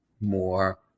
more